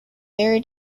very